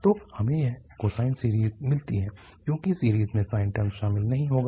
तो हमें यह कोसाइन सीरीज़ मिलती है क्योंकि सीरीज़ में साइन टर्म शामिल नहीं होगा